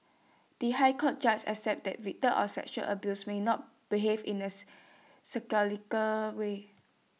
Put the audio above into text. the High Court judge accepted that victims of sexual abuse may not behave in A way